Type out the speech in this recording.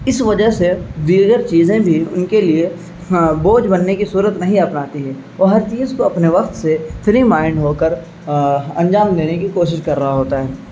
اس وجہ سے دیگر چیزیں بھی ان کے لیے بوجھ بننے کی صورت نہیں آ پاتی ہے اور ہر چیز کو اپنے وقت سے فری مائنڈ ہو کر انجام دینے کی کوشش کر رہا ہوتا ہے